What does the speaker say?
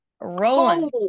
rolling